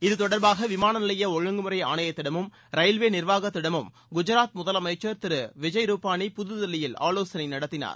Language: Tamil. இது தொடர்பாக விமானநிலைய ஒழுங்குமுறை ஆணையத்திடமும் ரயில்வே நிர்வாகத்திடமும் குஜராத் முதலமைச்சர் திரு விஜய் ரூபானி புதுதில்லியில் ஆலோசனை நடத்தினார்